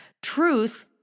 Truth